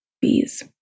bees